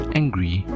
angry